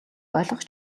ойлгох